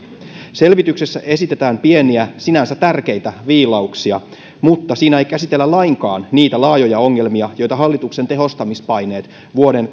selvityksessä esitetään pieniä sinänsä tärkeitä viilauksia mutta siinä ei käsitellä lainkaan niitä laajoja ongelmia joita hallituksen tehostamispaineet